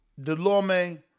Delorme